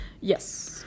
Yes